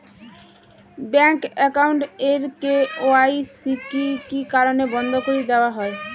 Bank account এর KYC কি কি কারণে বন্ধ করি দেওয়া হয়?